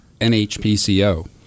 NHPCO